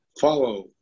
follow